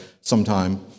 sometime